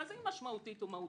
מה זה משמעותית או מהותית?